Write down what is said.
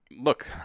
look